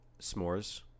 S'mores